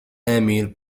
emil